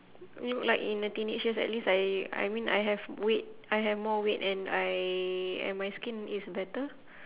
look like in uh teenage years at least I I mean I have weight I have more weight and I and my skin is better